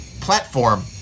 platform